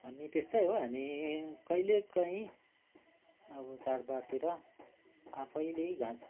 हामी त्यस्तै हो हामी कहिलेकहीँ अब चाडबाडतिर आफैले घाँस